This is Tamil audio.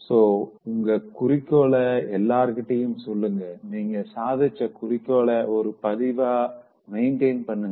சோ உங்க குறிக்கோள எல்லார்கிட்டயும் சொல்லுங்க நீங்க சாதிச்ச குறிக்கோள ஒரு பதிவா மெயிண்டெயின் பண்ணுங்க